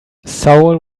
saul